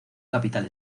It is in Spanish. capital